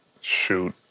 Shoot